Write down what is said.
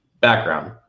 background